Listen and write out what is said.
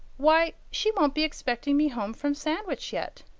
why, she won't be expecting me home from sandwich yet!